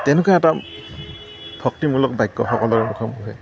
তেনেকুৱা এটা ভক্তিমুলক বাক্য সকলোৰে মুখে মুখে